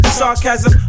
sarcasm